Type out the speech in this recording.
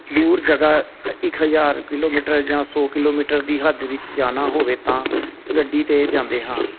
ਦੂਰ ਜਗ੍ਹਾ ਇੱਕ ਹਜ਼ਾਰ ਕਿਲੋਮੀਟਰ ਜਾਂ ਸੌ ਕਿਲੋਮੀਟਰ ਦੀ ਹੱਦ ਵਿੱਚ ਜਾਣਾ ਹੋਵੇ ਤਾਂ ਗੱਡੀ 'ਤੇ ਜਾਂਦੇ ਹਾਂ